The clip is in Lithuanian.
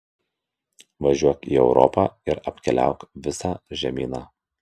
važiuok į europą ir apkeliauk visą žemyną